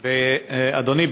אדוני,